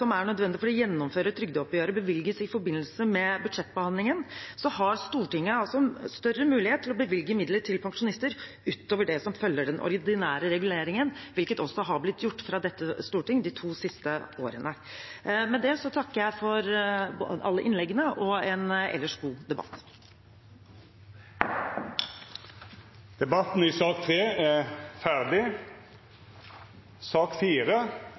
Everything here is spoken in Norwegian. er nødvendige for å gjennomføre trygdeoppgjøret, bevilges i forbindelse med budsjettbehandlingen, har Stortinget altså større mulighet til å bevilge midler til pensjonister utover det som følger den ordinære reguleringen, hvilket også har blitt gjort fra dette storting de to siste årene. Med det takker jeg for alle innleggene og ellers for en god debatt. Flere har ikke bedt om ordet til sak